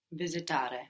Visitare